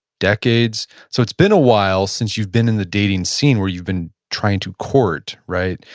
decades. so it's been a while since you've been in the dating scene where you've been trying to court, right?